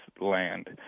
land